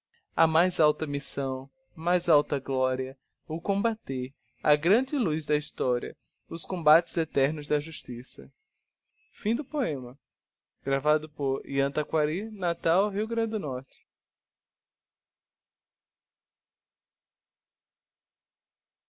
mais alta missão mais alta gloria o combater á grande luz da historia os combates eternos da justiça palavras d'um certo morto ha